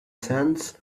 sands